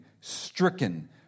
stricken